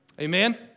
Amen